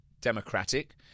democratic